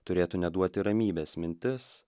turėtų neduoti ramybės mintis